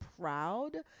proud